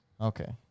Okay